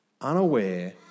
unaware